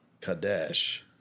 Kadesh